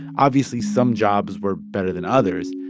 obviously, some jobs were better than others.